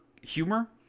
humor